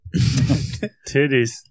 Titties